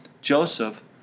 Joseph